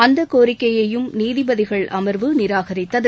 அந்த கோரிக்கையையும் நீதிபதிகள் அமர்வு நிராகரித்தது